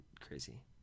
crazy